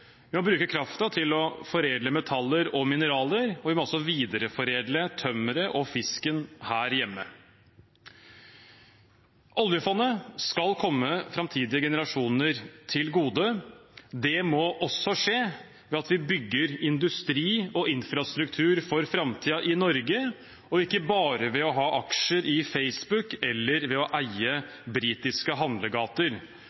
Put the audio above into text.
vi må også videreforedle tømmeret og fisken her hjemme. Oljefondet skal komme framtidige generasjoner til gode. Det må også skje ved at vi bygger industri og infrastruktur for framtiden i Norge, og ikke bare ved å ha aksjer i Facebook eller ved å